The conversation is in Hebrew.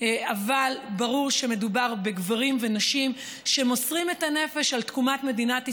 אבל ברור שמדובר בגברים ונשים שמוסרים את הנפש על תקומת מדינת ישראל,